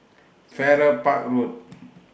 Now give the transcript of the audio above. Farrer Park Road